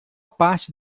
parte